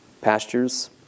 pastures